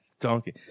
Donkey